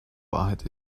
wahrheit